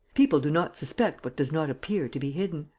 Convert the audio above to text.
people do not suspect what does not appear to be hidden.